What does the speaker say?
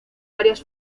varias